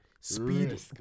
speed